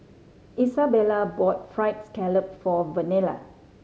Isabela bought Fried Scallop for Vernelle